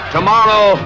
Tomorrow